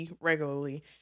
regularly